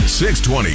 620